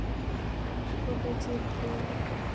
ᱜᱳᱰᱳ ᱡᱤᱞ ᱠᱚ